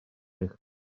eich